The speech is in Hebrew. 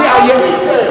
אני לא אמרתי את זה.